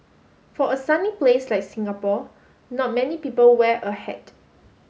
for a sunny place like Singapore not many people wear a hat